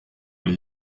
les